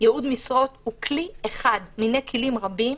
שייעוד משרות הוא כלי אחד מיני כלים רבים,